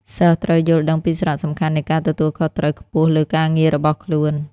សិស្សត្រូវយល់ដឹងពីសារៈសំខាន់នៃការទទួលខុសត្រូវខ្ពស់លើការងាររបស់ខ្លួន។